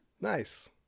Nice